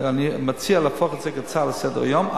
אבל אני מציע להפוך את זה להצעה לסדר-היום,